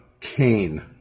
Cain